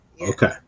okay